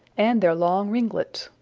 and their long ringlets.